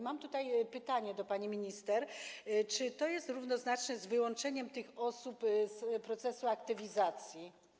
Mam tutaj pytanie do pani minister: Czy to jest równoznaczne z wyłączeniem tych osób z procesu aktywizacji?